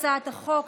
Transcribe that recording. בעד הצעת החוק.